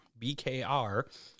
BKR